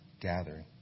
gathering